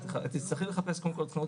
תצטרכי לחפש קודם כל חנות